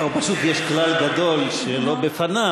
פשוט יש כלל גדול, שלא בפניו.